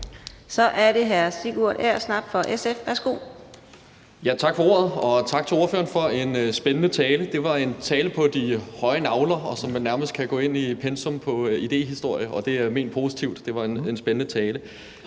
Kl. 15:05 Sigurd Agersnap (SF): Tak for ordet, og tak til ordføreren for en spændende tale. Det var en tale oppe på de høje nagler, som vel nærmest kan indgå i pensum på idéhistorie – og det er ment positivt. Det var en spændende tale.